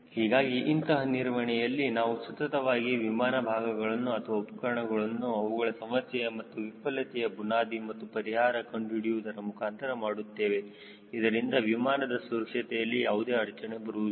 ಹೀಗಾಗಿ ಇಂತಹ ನಿರ್ವಹಣೆಯಲ್ಲಿ ನಾವು ಸತತವಾಗಿ ವಿಮಾನದ ಭಾಗಗಳನ್ನು ಅಥವಾ ಉಪಕರಣಗಳನ್ನು ಅವುಗಳ ಸಮಸ್ಯೆಯ ಅಥವಾ ವಿಫಲತೆಯ ಬುನಾದಿ ಮತ್ತು ಪರಿಹಾರ ಕಂಡುಹಿಡಿಯುವುದರ ಮುಖಾಂತರ ಮಾಡುತ್ತೇವೆ ಇದರಿಂದ ವಿಮಾನದ ಸುರಕ್ಷತೆಯಲ್ಲಿ ಯಾವುದೇ ಅಡಚಣೆ ಬರುವುದಿಲ್ಲ